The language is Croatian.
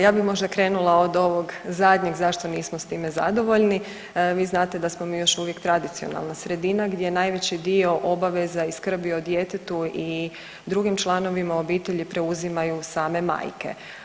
Ja bi možda krenula od ovog zadnjeg zašto nismo s time zadovoljni, vi znate da smo mi još uvijek tradicionalna sredina gdje najveći dio obaveza i skrbi o djetetu i drugim članovima obitelji preuzimaju same majke.